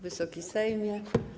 Wysoki Sejmie!